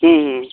हूँ हूँ